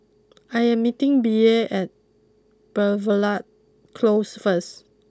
I am meeting Bea at Belvedere close first